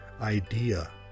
idea